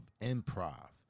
improv